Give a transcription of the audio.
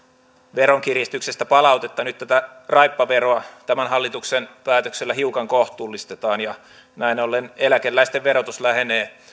veronkiristyksestä palautetta ja nyt tätä raippaveroa tämän hallituksen päätöksellä hiukan kohtuullistetaan ja näin ollen eläkeläisten verotus lähenee